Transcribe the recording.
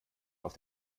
auf